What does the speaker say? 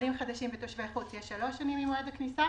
לעולים חדשים ותושבי חוץ יש שלוש שנים ממועד הכניסה